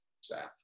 staff